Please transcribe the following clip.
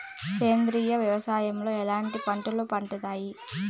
సేంద్రియ వ్యవసాయం లో ఎట్లాంటి పంటలు పండుతాయి